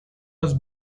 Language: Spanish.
los